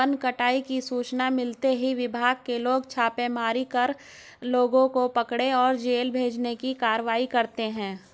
one कटाई की सूचना मिलते ही विभाग के लोग छापेमारी कर लोगों को पकड़े और जेल भेजने की कारवाई करते है